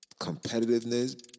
competitiveness